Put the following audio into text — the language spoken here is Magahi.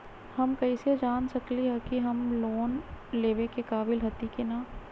हम कईसे जान सकली ह कि हम लोन लेवे के काबिल हती कि न?